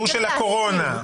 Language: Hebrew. של הקורונה.